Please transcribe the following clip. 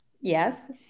Yes